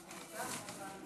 בעד.